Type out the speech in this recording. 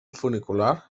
funicular